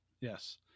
Yes